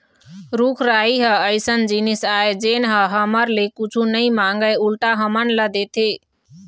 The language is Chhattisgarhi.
रूख राई ह अइसन जिनिस आय जेन ह हमर ले कुछु नइ मांगय उल्टा हमन ल देथे